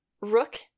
Rook